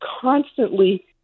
constantly